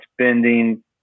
spending